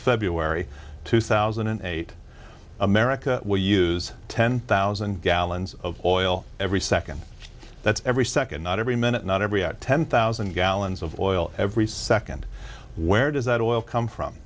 february two thousand and eight america will use ten thousand gallons of oil every second that's every second not every minute not every at ten thousand gallons of oil every second where does that oil come from